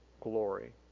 glory